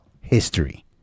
history